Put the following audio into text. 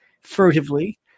furtively